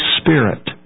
Spirit